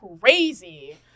crazy